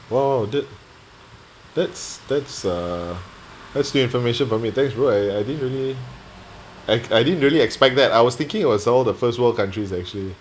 !wow! that that's that's uh that's the information for me thanks bro I didn't really I I didn't really expect that I was thinking it was all the first world countries actually